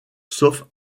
sauf